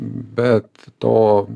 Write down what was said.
bet to